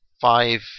five